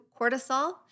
cortisol